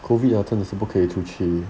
COVID ah 真的是不可以出去